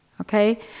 Okay